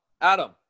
Adam